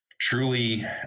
truly